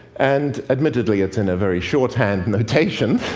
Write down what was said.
and, admittedly, it's in a very shorthand notation.